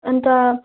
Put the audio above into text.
अन्त